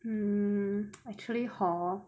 mm actually hor